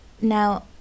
Now